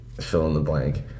fill-in-the-blank